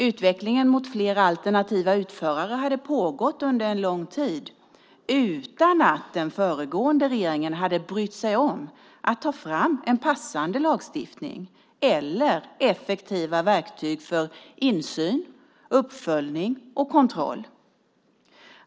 Utvecklingen mot fler alternativa utförare hade pågått under en lång tid utan att den förra regeringen hade brytt sig om att ta fram en passande lagstiftning eller effektiva verktyg för insyn, uppföljning och kontroll.